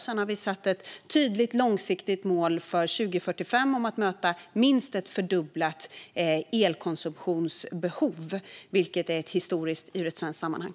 Sedan har vi satt ett tydligt långsiktigt mål för 2045 om att möta minst ett fördubblat elkonsumtionsbehov, vilket är historiskt i ett svenskt sammanhang.